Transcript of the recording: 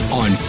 on